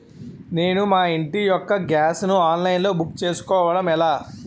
నేను మా ఇంటి యెక్క గ్యాస్ ను ఆన్లైన్ లో బుక్ చేసుకోవడం ఎలా?